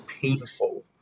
painful